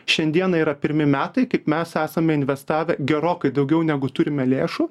šiandieną yra pirmi metai kaip mes esame investavę gerokai daugiau negu turime lėšų